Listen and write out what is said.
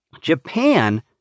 Japan